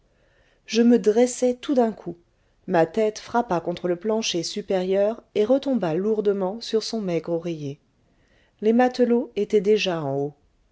je me dressai tout d'un coup ma tête frappa contre le plancher supérieur et retomba lourdement sur son maigre oreiller les matelots étaient déjà en haut